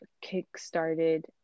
kick-started